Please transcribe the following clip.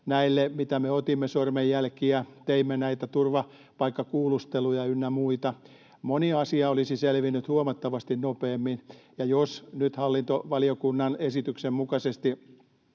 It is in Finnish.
näille, mitä me otimme, sormenjälkiä, ja kun teimme näitä turvapaikkakuulusteluja ynnä muita, moni asia olisi selvinnyt huomattavasti nopeammin, ja jos nyt hallintovaliokunnan esityksen mukaisesti